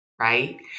right